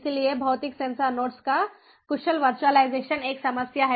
इसलिए भौतिक sensor nodes का कुशल वर्चुअलाइजेशन एक समस्या है